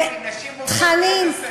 נשים מוכות באיזה סקטור?